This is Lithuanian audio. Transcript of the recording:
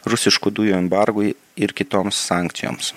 rusiškų dujų embargui ir kitoms sankcijoms